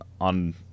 on